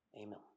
Amen